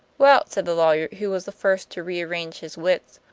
well, said the lawyer, who was the first to rearrange his wits,